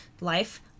Life